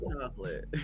chocolate